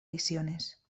visiones